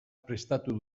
prestatu